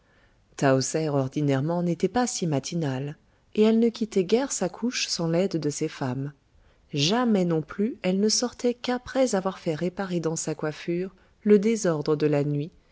ordinairement n'était pas si matinale et elle ne quittait guère sa couche sans l'aide de ses femmes jamais non plus elle ne sortait qu'après avoir fait réparer dans sa coiffure le désordre de la nuit